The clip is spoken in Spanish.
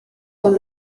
son